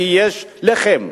כי יש לחם.